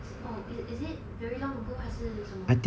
oh is it very long ago 还是什么